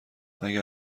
اگه